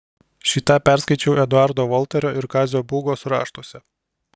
šį tą perskaičiau eduardo volterio ir kazio būgos raštuose